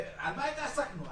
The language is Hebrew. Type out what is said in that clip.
ובמה התעסקנו?